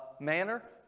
manner